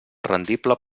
rendible